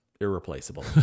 irreplaceable